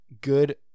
good